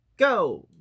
go